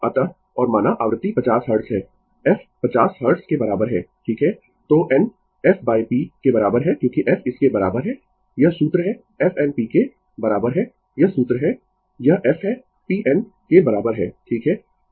अतः और माना आवृत्ति 50 हर्ट्ज है f 50 हर्ट्ज के बराबर है ठीक है तो n f p के बराबर है क्योंकि f इसके बराबर है यह सूत्र है f n p के बराबर है यह सूत्र है यह f है p n के बराबर है ठीक है